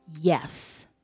yes